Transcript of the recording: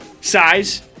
size